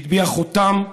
שהטביעה חותם,